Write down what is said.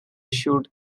issued